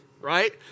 right